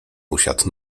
usiadł